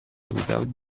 without